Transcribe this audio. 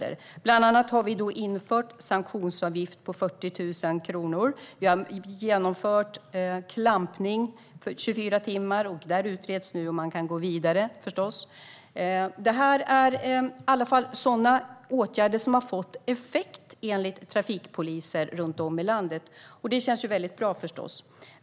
Vi har bland annat infört en sanktionsavgift på 40 000 kronor och klampning under 24 timmar, och där utreds nu om man kan gå vidare. Åtgärderna har haft effekt, enligt trafikpoliser runt om i landet, och det känns förstås väldigt bra.